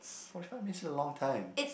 forty five minutes is a long time